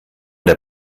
der